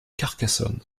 carcassonne